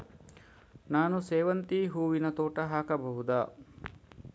ನಾನು ಸೇವಂತಿ ಹೂವಿನ ತೋಟ ಹಾಕಬಹುದಾ?